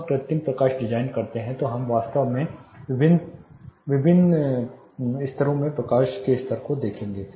जब हम कृत्रिम प्रकाश डिजाइन करते हैं तो हम वास्तव में विभिन्न स्तरों में प्रकाश के स्तर को देखेंगे